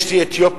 יש לי אתיופים,